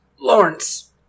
Lawrence